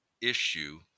issue